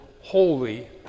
holy